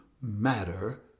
matter